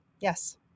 Yes